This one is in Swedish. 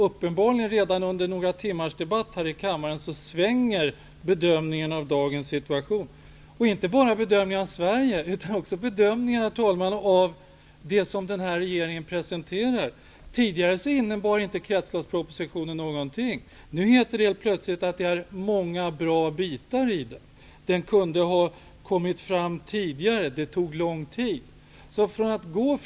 Under några timmars debatt här i kammaren svänger uppenbarligen bedömningen av dagens situation, och inte bara bedömningen av Sverige utan också bedömningen av det som den här regeringen har presenterat. Tidigare ansåg man att kretsloppspropositionen inte innebar någonting. Nu heter det helt plötsligt att det finns mycket som är bra i den, även om det tog lång tid att få fram den.